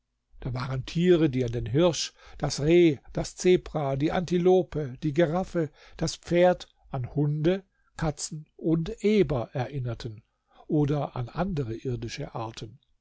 da waren tiere die an den hirsch das reh das zebra die antilope die giraffe das pferd an hunde katzen und eber erinnerten oder an andere irdische arten